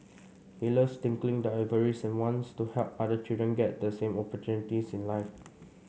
he loves tinkling the ivories and wants to help other children get the same opportunities in life